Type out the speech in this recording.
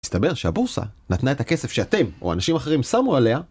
הסתבר שהבורסה נתנה את הכסף שאתם או אנשים אחרים שמו עליה